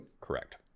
correct